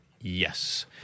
Yes